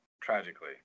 tragically